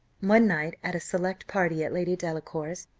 one night, at a select party at lady delacour's,